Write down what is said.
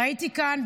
ראיתי כאן,